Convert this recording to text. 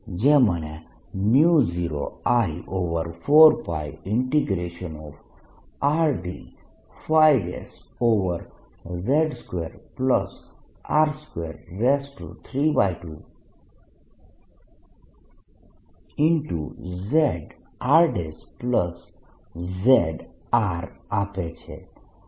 જે મને 0I4πRdϕz2R232zrzR આપે છે